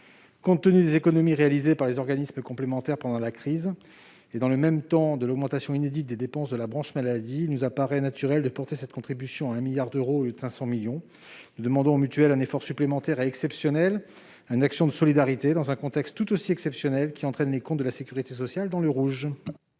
Compte tenu des économies réalisées par les organismes complémentaires pendant la crise et, dans le même temps, de l'augmentation inédite des dépenses de la branche maladie, il nous paraît naturel de porter cette contribution à 1 milliard d'euros, au lieu de 500 millions. Nous demandons aux mutuelles de consentir un effort supplémentaire exceptionnel, une action de solidarité dans un contexte tout aussi exceptionnel où les comptes de la sécurité sociale sont entraînés